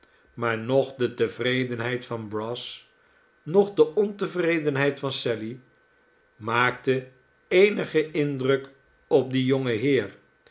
maar noch de tevredenheid van brass noch de ontevredenheid van sally maakte eenigen indruk op dien jongen heer